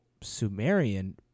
sumerian